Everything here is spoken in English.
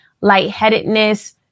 lightheadedness